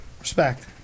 Respect